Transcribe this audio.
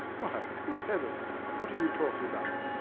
why good heavens what are you talking about!